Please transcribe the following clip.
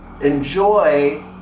enjoy